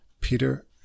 Peter